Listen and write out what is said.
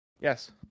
Yes